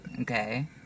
Okay